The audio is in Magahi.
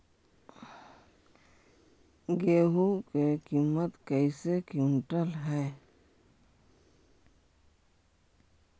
गेहू के किमत कैसे क्विंटल है?